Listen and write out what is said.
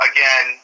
Again